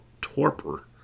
torpor